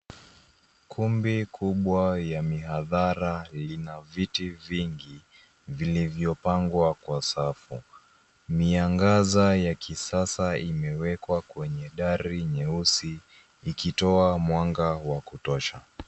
Kumbi kubwa ya mihadhara lina viti vingi, vilivyopangwa kwa safu. Miangaza ya kisasa imewekwa kwenye dari nyeusi, ikitoa mwanga wa kutosha.